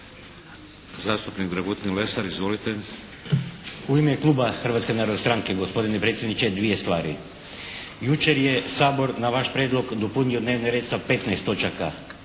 U ime kluba Hrvatske narodne stranke gospodine predsjedniče, dvije stvari. Jučer je Sabor na vaš prijedlog dopunio dnevni red sa 15 točaka,